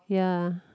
ya